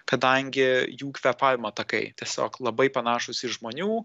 kadangi jų kvėpavimo takai tiesiog labai panašūs į žmonių